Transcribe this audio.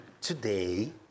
today